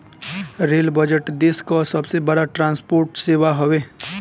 rail budget देस कअ सबसे बड़ ट्रांसपोर्ट सेवा हवे